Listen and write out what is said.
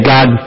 God